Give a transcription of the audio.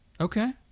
Okay